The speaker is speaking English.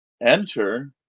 enter